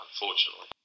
unfortunately